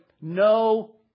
no